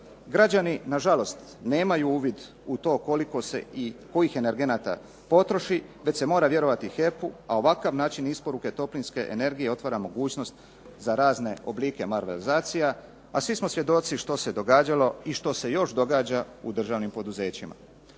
Građani na žalost nemaju uvid u to koliko se i kojih energenata potroši već se mora vjerovati HEP-u, a ovakav način isporuke toplinske energije otvara mogućnost za razne oblike malverzacija, a svi smo svjedoci što se događalo i što se još događa u državnim poduzećima.